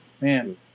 Man